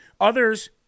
Others